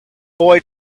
boy